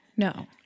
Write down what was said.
No